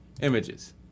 Images